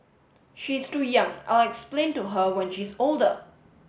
she's too young I'll explain to her when she's older